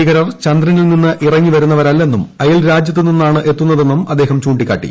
ഭീകരർ ചന്ദ്രനിൽ നിന്ന് ഇറങ്ങിവരുന്നവരല്ലെന്നും അയൽ രാജ്യത്തുനിന്നാണ് എത്തുന്നതെന്നും അദ്ദേഹം ചൂണ്ടിക്കാട്ടി